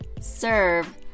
serve